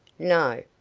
no.